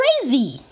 crazy